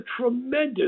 tremendous